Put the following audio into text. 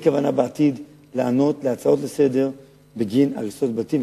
כוונה בעתיד לענות על הצעות לסדר בגין הריסות בתים,